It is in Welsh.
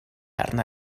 arna